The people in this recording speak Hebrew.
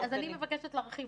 אני מבקשת להרחיב.